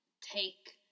take